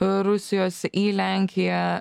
rusijos į lenkiją